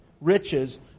riches